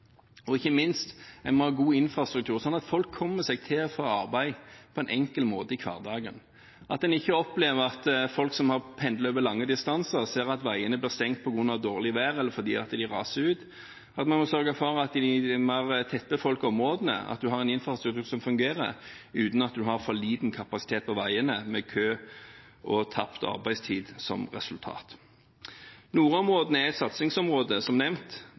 Ikke minst må en ha god infrastruktur slik at folk kommer seg til og fra arbeid på en enkel måte i hverdagen, at en ikke opplever at folk som pendler over lange distanser, ser at veiene blir stengt på grunn av dårlig vær, eller fordi de raser. En må sørge for at en i de mer tettbefolkede områdene har en infrastruktur som fungerer, og ikke har for liten kapasitet på veiene, med kø og tapt arbeidstid som resultat. Nordområdene er et satsingsområde, som nevnt.